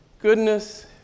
goodness